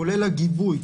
כולל הגיבוי,